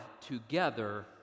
together